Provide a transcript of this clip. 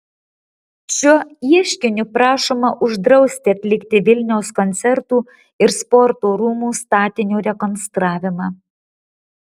šiuo ieškiniu prašoma uždrausti atlikti vilniaus koncertų ir sporto rūmų statinio rekonstravimą